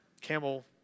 Camel